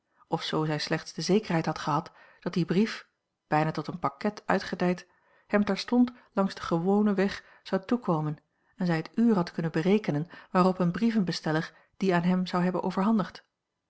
zoo zij slechts de zekerheid had gehad dat die brief bijna tot een pakket uitgedijd hem terstond langs den gewonen weg zou toekomen en zij het uur had kunnen berekenen waarop een brievenbesteller dien aan hem zou hebben overhandigd